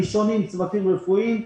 הראשונים היו צוותים רפואיים,